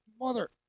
mother